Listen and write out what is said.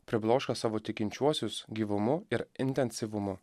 pribloškia savo tikinčiuosius gyvumu ir intensyvumu